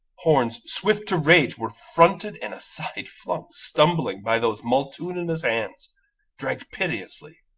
horns swift to rage, were fronted and aside flung stumbling, by those multitudinous hands dragged pitilessly.